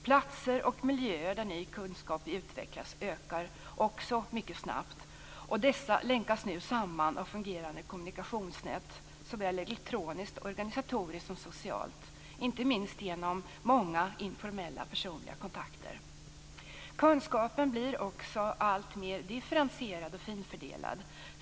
Platser och miljöer där ny kunskap utvecklas ökar också mycket snabbt, och dessa länkas nu samman av fungerande kommunikationsnät, såväl elektroniskt och organisatoriskt som socialt - inte minst genom många informella personliga kontakter. Kunskapen blir också alltmer differentierad och finfördelad.